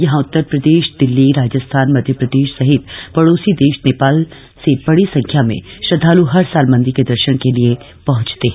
यहां उतर प्रदेश दिल्ली राजस्थान मध्यप्रदेश सहित पड़ोसी देश नेपाल से बड़ी की संख्या में श्रदधाल हर साल मंदिर के दर्शन के लिए पहंचते हैं